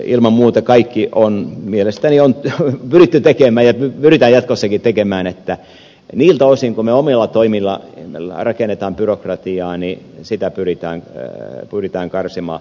ilman muuta kaikki on mielestäni pyritty tekemään ja pyritään jatkossakin tekemään niin että niiltä osin kuin me omilla toimillamme rakennamme byrokratiaa sitä pyritään karsimaan